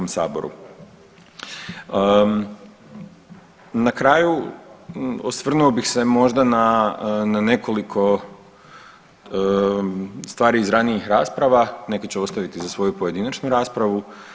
Na kraju osvrnuo bih se možda na nekoliko stvari iz ranijih rasprava, neke ću ostaviti za svoju pojedinačnu raspravu.